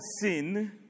sin